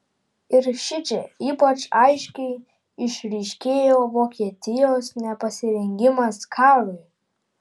ir šičia ypač aiškiai išryškėjo vokietijos nepasirengimas karui